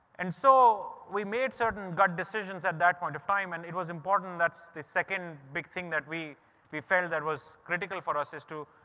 and so, we made certain gut decisions at that point of time, and it was important that's the second big thing that we we felt that was critical for us is to,